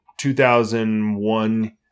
2001